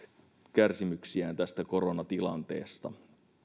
kärsimyksiään tässä koronatilanteessa